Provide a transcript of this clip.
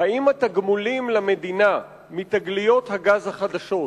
האם התגמולים למדינה מתגליות הגז החדשות